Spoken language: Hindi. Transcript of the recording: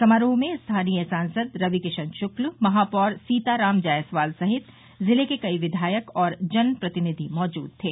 समारोह में स्थानीय सांसद रवि किशन शुक्ल महापौर सीताराम जायसवाल सहित ज़िले के कई विधायक और जनप्रतिनिधि मौजूद थे